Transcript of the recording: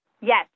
Yes